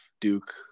Duke